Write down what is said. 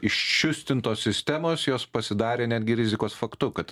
iščiustintos sistemos jos pasidarė netgi rizikos faktu kad